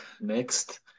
next